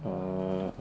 err